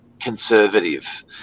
conservative